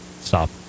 Stop